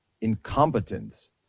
incompetence